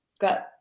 Got